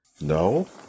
No